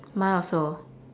mine also